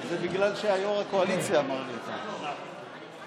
זה בגלל שיו"ר הקואליציה אמר לי, אדוני השר,